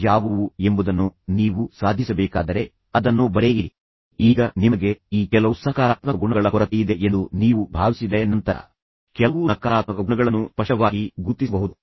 ಆದ್ದರಿಂದ ಅವರು ಅವರನ್ನು ಹೆಸರಿಸಲು ಬಯಸುವುದಿಲ್ಲ ಅವರನ್ನು ಮಿಸ್ಟರ್ ಎ ಮತ್ತು ಮಿಸ್ಟರ್ ಬಿ ಎಂದು ಹೇಳುತ್ತಾರೆ ಒಬ್ಬರನ್ನೊಬ್ಬರು ದ್ವೇಷಿಸುವ ಪರಸ್ಪರ ದ್ವೇಷವು ಪರಸ್ಪರ ವಿನಾಶ ತರುತ್ತದೆ